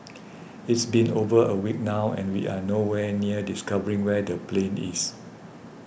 it's been over a week now and we are no where near discovering where the plane is